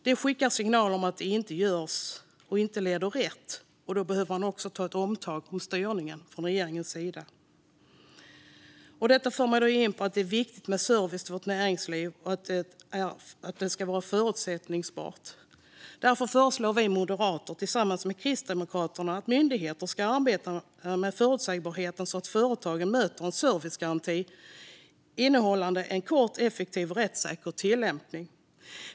Det skickar signaler om att det som görs inte leder rätt. Då behöver man också ta ett omtag om styrningen från regeringens sida. Detta för mig in på att det är viktigt med service till vårt näringsliv och viktigt att det är förutsägbart. Därför föreslår vi moderater tillsammans med Kristdemokraterna att myndigheter ska arbeta med förutsägbarheten, så att företagen möter en servicegaranti gällande en kort, effektiv och rättssäker tillämpning.